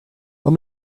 let